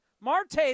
Marte